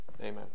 amen